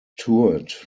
toured